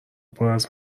پراز